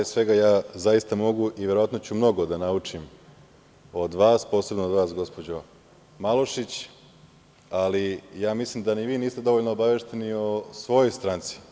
Pre svega, zaista mogu i verovatno ću mnogo da naučim od vas, posebno od vas, gospođo Malušić, ali mislim da ni vi niste dovoljno obavešteni o svojoj stranci.